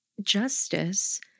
justice